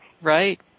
Right